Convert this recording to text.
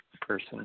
person